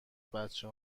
بچه